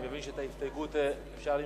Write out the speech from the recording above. אני מבין שאת ההסתייגות אפשר למשוך.